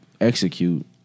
execute